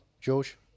George